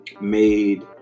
made